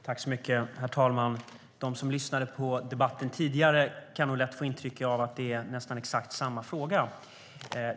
Herr talman! De som lyssnade på den tidigare debatten kan nog lätt få intrycket att det här är nästan exakt samma fråga.